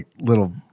little